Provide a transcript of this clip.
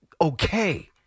okay